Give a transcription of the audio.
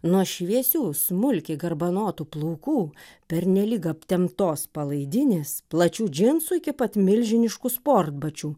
nuo šviesių smulkiai garbanotų plaukų pernelyg aptemptos palaidinės plačių džinsų iki pat milžiniškų sportbačių